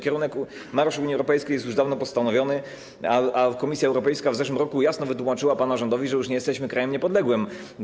Kierunek marszu Unii Europejskiej jest już dawno postanowiony, a Komisja Europejska w zeszłym roku jasno wytłumaczyła pana rządowi, że już nie jesteśmy krajem niepodległym.